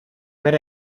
per